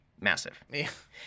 Massive